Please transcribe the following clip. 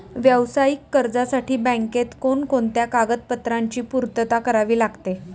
व्यावसायिक कर्जासाठी बँकेत कोणकोणत्या कागदपत्रांची पूर्तता करावी लागते?